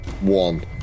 One